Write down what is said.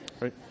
right